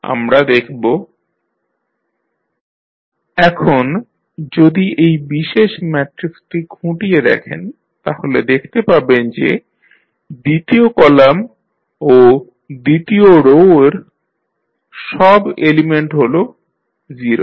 আমরা দেখব SB AB A2B 0 1 4 0 0 0 1 3 8 এখন যদি এই বিশেষ ম্যাট্রিক্সটি খুঁটিয়ে দেখেন তাহলে দেখতে পাবেন যে দ্বিতীয় কলাম ও দ্বিতীয় রো এর সব এলিমেন্ট ই হল 0